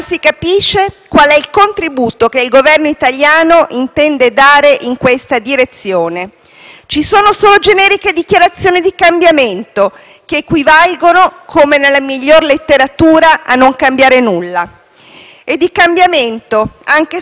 Ci sono solo generiche dichiarazioni di cambiamento che equivalgono, come nella miglior letteratura, a non cambiare nulla. E di cambiamento, anche sul tema dell'immigrazione e del necessario approccio europeo, francamente si è visto ben poco.